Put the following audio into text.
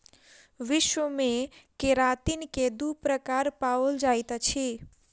विश्व मे केरातिन के दू प्रकार पाओल जाइत अछि